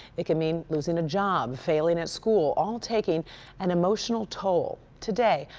it can mean losing a job, failing at school, all taking an emotional toll. today,